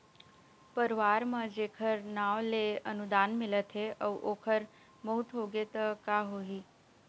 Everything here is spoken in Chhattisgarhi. परवार म जेखर नांव ले अनुदान मिलत हे अउ ओखर मउत होगे त का होही?